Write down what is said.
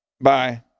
Bye